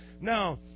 Now